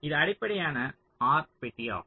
இது அடிப்படையான R பெட்டி ஆகும்